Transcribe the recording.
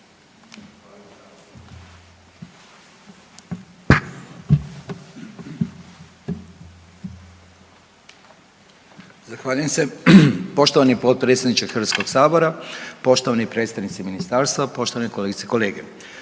Zahvaljujem se. Poštovani potpredsjedniče Hrvatskog sabora, poštovani predstavnici ministarstva, poštovane kolegice i kolege